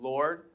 Lord